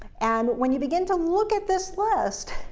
and when you begin to look at this list,